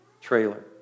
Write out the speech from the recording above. trailer